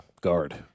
Guard